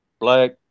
black